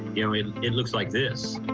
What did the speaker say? you know and it looked like this.